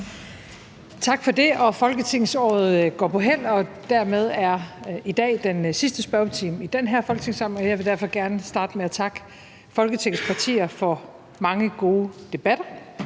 Tak for det. Folketingsåret går på hæld, og dermed er i dag den sidste spørgetime i den her folketingssamling, og jeg vil derfor gerne starte med at takke Folketingets partier for mange gode debatter,